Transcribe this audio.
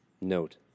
Note